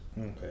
Okay